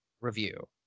review